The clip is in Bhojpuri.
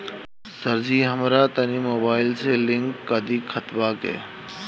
सरजी हमरा तनी मोबाइल से लिंक कदी खतबा के